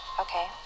Okay